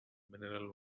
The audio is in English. mineral